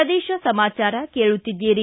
ಪ್ರದೇಶ ಸಮಾಚಾರ ಕೇಳುತ್ತಿದ್ದೀರಿ